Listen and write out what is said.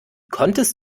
konntest